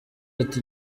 ati